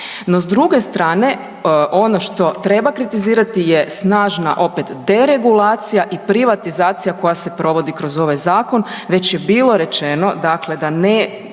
s druge strane ono što treba kritizirati je snažan opet deregulacija i privatizacija koja se provodi kroz ovaj zakon. Već je bilo rečeno dakle